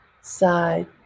side